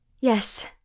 Yes